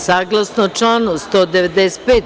Saglasno članu 195.